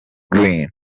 green